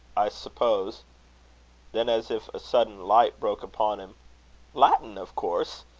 i suppose then, as if a sudden light broke upon him latin of course.